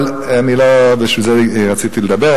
אבל לא בשביל זה רציתי לדבר,